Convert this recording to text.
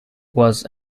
was